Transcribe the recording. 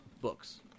books